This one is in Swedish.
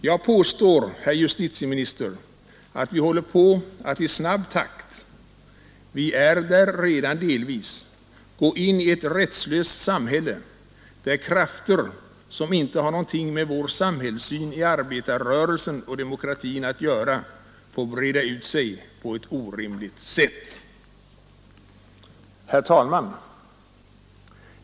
Jag påstår, herr justitieminister, att vi håller på att i snabb takt — vi är där redan delvis — gå in i ett rättslöst samhälle, där krafter som inte har någonting med vår samhällssyn i arbetarrörelsen och demokratin att göra får breda ut sig på ett orimligt sätt.” Herr talman!